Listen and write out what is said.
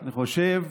אני חושב